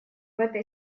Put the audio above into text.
этой